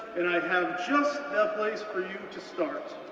and i have just that place for you to start.